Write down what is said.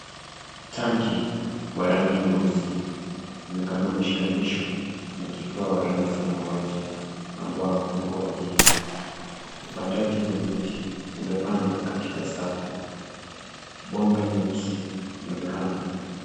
Tanki wa rangi nyeusi unaonekana umeshikanishwa na kifaa wa rangi samawati ambao uko ardhini. Upandaji wa miti umepandwa katika safu. Bomba nyeusi inaonekana.